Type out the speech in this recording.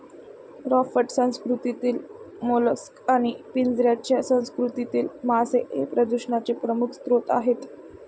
raft संस्कृतीतील mollusc आणि पिंजऱ्याच्या संस्कृतीतील मासे हे प्रदूषणाचे प्रमुख स्रोत आहेत